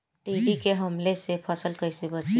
टिड्डी के हमले से फसल कइसे बची?